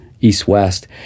east-west